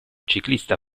ciclista